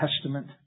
testament